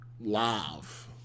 Live